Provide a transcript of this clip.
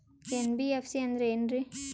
NBFC ಅಂದ್ರ ಏನ್ರೀ?